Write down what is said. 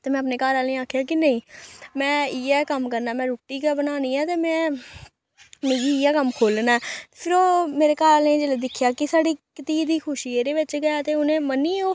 ते में अपने घर आहलें गी आखेआ कि नेईं में इ'यै कम्म करना में रुटी गै बनानी ऐ ते में मिगी इ'यै कम्म खोल्लना ऐ फिर ओह् मेरे घर आहलें जिल्लै दिक्खेआ कि साढ़ी धीऽ दी खुशी एह्दे बिच्च गै ऐ ते उ'नें मन्नी गे ओह्